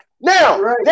Now